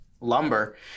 lumber